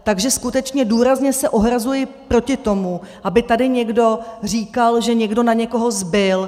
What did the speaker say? Takže se skutečně důrazně ohrazuji proti tomu, aby tady někdo říkal, že někdo na někoho zbyl.